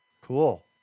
Cool